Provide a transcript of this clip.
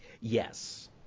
Yes